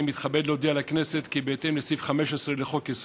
אני מתכבד להודיע לכנסת כי בהתאם לסעיף 15 לחוק-יסוד: